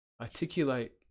articulate